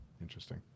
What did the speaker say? interesting